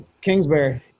Kingsbury